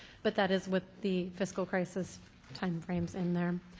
but that is with the fiscal crisis timeframes in there.